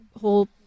whole